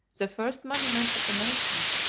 the first monument of the nation,